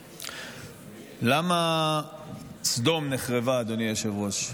למה סדום נחרבה, אדוני היושב-ראש?